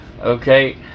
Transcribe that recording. Okay